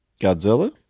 Godzilla